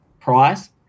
price